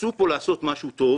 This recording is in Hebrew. רצו לעשות משהו טוב